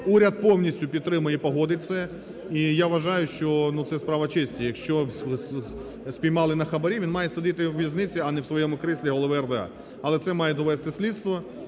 уряд повністю підтримує і погодить це. І, я вважаю, що це справа честі, якщо спіймали на хабарі, він має сидіти у в'язниці, а не у своєму кріслі голови РДА. Але це має довести слідство,